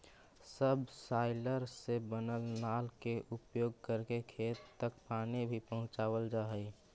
subsoiler से बनल नाल के उपयोग करके खेत तक पानी भी पहुँचावल जा हई